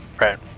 Right